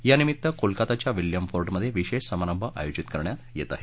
यानिमित्त कोलकाताच्या विल्यम फोर्टमध्ये विशेष समारंभ आयोजित करण्यात येत आहे